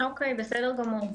בסדר גמור.